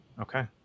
Okay